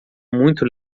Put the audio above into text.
muito